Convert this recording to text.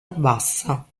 abbassa